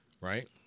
right